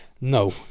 no